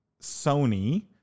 sony